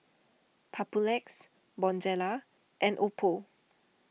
Papulex Bonjela and Oppo